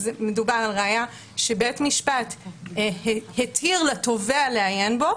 מדובר על ראיה שבית המשפט התיר לתובע לעיין בה,